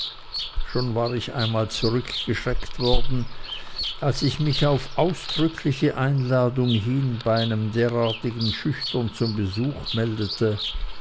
schon war ich einmal zurückgeschreckt worden als ich mich auf ausdrückliche einladung hin bei einem derartigen schüchtern zum besuche meldete